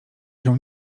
się